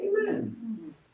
Amen